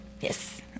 Yes